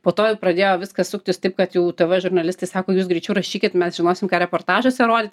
po to jau pradėjo viskas suktis taip kad jau tv žurnalistai sako jūs greičiau rašykit mes žinosim ką reportažuose rodyt